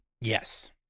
Yes